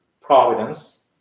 providence